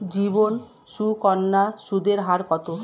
জীবন সুকন্যা সুদের হার কত?